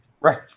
Right